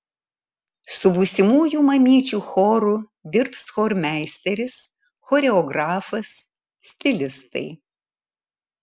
su būsimųjų mamyčių choru dirbs chormeisteris choreografas stilistai